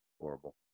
horrible